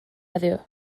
heddiw